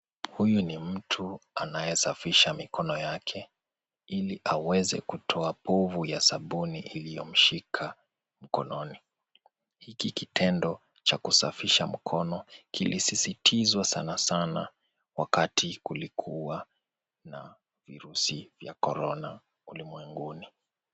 Huyu ni mtu anayesafisha mikono yake ili aweze kutoa povu ya sabuni iliyomshika mkononi. Hiki kitendo cha kusafisha mkono kilisisitizwa sanasana wakati kulikuwa na viruzi vya corona ulimwenguni.